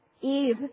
Eve